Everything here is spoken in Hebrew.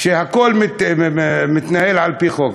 שהכול מתנהל על-פי חוק.